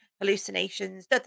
hallucinations